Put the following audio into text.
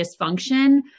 dysfunction